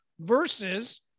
versus –